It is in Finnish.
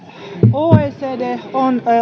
oecd on